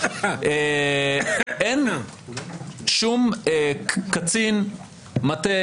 אין שום קצין מטה,